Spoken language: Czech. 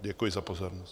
Děkuji za pozornost.